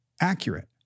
accurate